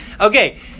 Okay